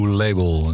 label